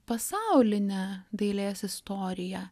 pasaulinę dailės istoriją